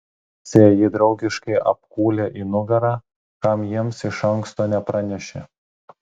marcė jį draugiškai apkūlė į nugarą kam jiems iš anksto nepranešė